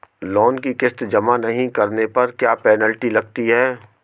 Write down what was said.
Loan की किश्त जमा नहीं कराने पर क्या पेनल्टी लगती है?